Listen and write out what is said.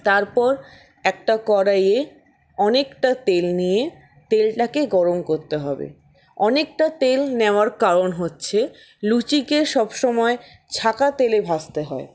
তারপর একটা কড়াইয়ে অনেকটা তেল নিয়ে তেলটাকে গরম করতে হবে অনেকটা তেল নেওয়ার কারণ হচ্ছে লুচিকে সবসময় ছাঁকা তেলে ভাজতে হয়